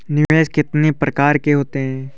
निवेश कितनी प्रकार के होते हैं?